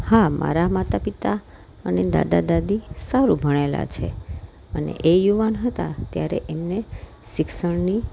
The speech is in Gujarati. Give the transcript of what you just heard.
હા મારા માતા પિતા અને દાદા દાદી સારું ભણેલા છે અને એ યુવાન હતાં ત્યારે એમને શિક્ષણની